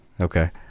Okay